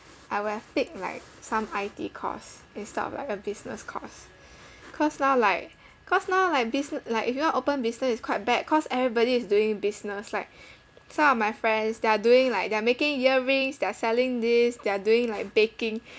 I would've picked like some I_T course instead of like a business course cause now like cause now like bis~ like you wanna open business is quite bad cause everybody is doing business like some of my friends they are doing like they're making earrings they're selling this they're doing like baking